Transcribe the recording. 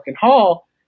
Hall